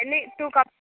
ఎన్ని two cups